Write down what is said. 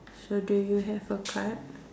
so do you have a card